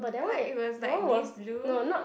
ya like it was like this blue